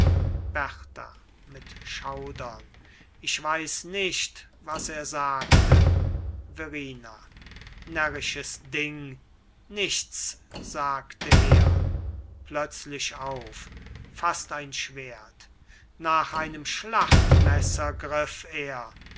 berta mit schaudern ich weiß nicht was er sagte verrina närrisches ding nichts sagte er plötzlich auf faßt ein schwert nach einem schlachtmesser griff er